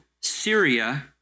Syria